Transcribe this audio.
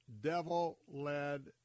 devil-led